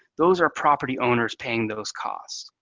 those are property owners paying those costs.